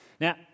Now